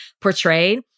portrayed